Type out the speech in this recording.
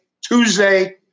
Tuesday